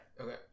Okay